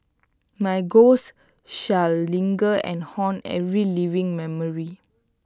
my ghost shall linger and haunt every living memory